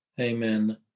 Amen